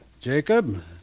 Jacob